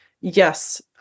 Yes